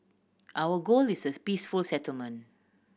our goal is this peaceful settlement